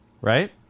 right